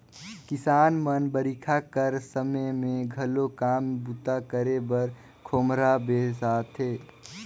किसान मन बरिखा कर समे मे घलो काम बूता करे बर खोम्हरा बेसाथे